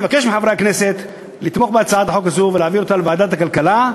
אני מבקש מחברי הכנסת לתמוך בהצעת חוק זו ולהעביר אותה לוועדת הכלכלה,